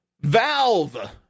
Valve